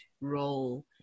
role